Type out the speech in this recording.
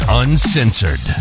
uncensored